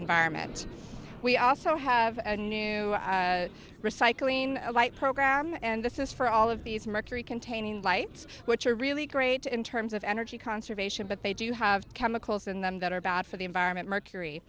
environment we also have a new recycling program and this is for all of these mercury containing lights which are really great in terms of energy conservation but they do have chemicals in them that are bad for the environment mercury